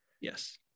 Yes